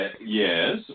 Yes